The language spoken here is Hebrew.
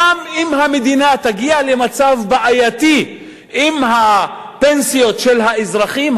גם אם המדינה תגיע למצב בעייתי עם הפנסיות של האזרחים,